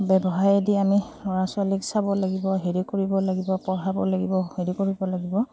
ব্যৱসায়ে দি আমি ল'ৰা ছোৱালীক চাব লাগিব হেৰি কৰিব লাগিব পঢ়াব লাগিব হেৰি কৰিব লাগিব